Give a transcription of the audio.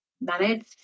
manage